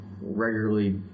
regularly